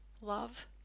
Love